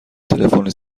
تلفنی